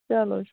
چلو